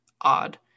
Odd